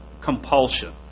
compulsion